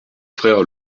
frère